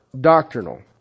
doctrinal